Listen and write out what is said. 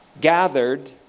gathered